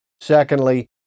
Secondly